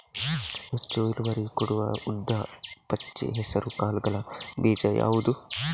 ಹೆಚ್ಚು ಇಳುವರಿ ಕೊಡುವ ಉದ್ದು, ಪಚ್ಚೆ ಹೆಸರು ಕಾಳುಗಳ ಬೀಜ ಯಾವುದು?